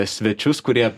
svečius kurie